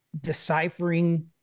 deciphering